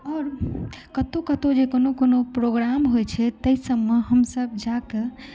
आओर कतौ कतौ जे कोनो कोनो प्रोग्राम होइ छै तै सभमे हमसभ जाकऽ